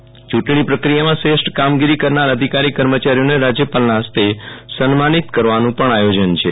યું ટણી પ્રક્રિયામાં શ્રેષ્ઠ કામગીરી કરનાર અધિકારીકર્મચારીઓને રાજ્યપાલના હસ્તે સન્માનિત કરવાનું પણ આયોજન છે